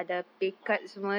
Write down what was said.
ah